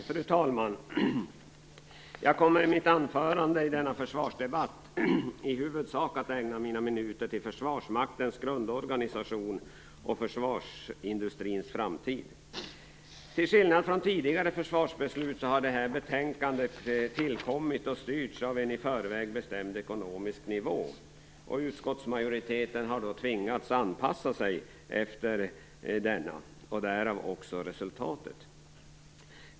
Fru talman! Jag kommer i mitt anförande i denna försvarsdebatt i huvudsak att ägna mina minuter till Till skillnad från tidigare försvarsbeslut har detta betänkande tillkommit och styrts av en i förväg bestämd ekonomisk nivå. Utskottsmajoriteten har tvingats att anpassa försvarspolitiken efter detta, och därav resultatet.